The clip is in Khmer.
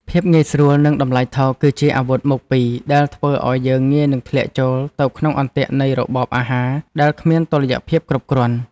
ភាពងាយស្រួល និងតម្លៃថោកគឺជាអាវុធមុខពីរដែលធ្វើឲ្យយើងងាយនឹងធ្លាក់ចូលទៅក្នុងអន្ទាក់នៃរបបអាហារដែលគ្មានតុល្យភាពគ្រប់គ្រាន់។